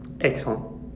Excellent